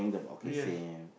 yes